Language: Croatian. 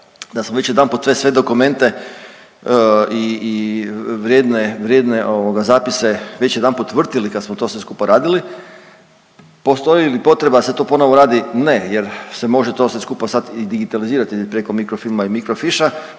da smo već jedanput te sve dokumente i, i vrijedne, vrijedne ovoga zapise već jedanput vrtili kad smo to sve skupa radili. Postoji li potreba da se to ponovno radi? Ne, jer se može to sve skupa sad i digitalizirati preko mikrofilma i mikrofisha